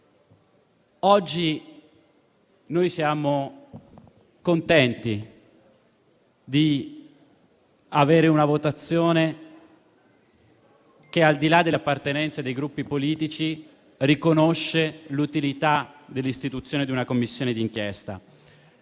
Oggi siamo contenti di affrontare una votazione che, al di là delle appartenenze ai Gruppi politici, riconosce l'utilità dell'istituzione di una Commissione di inchiesta.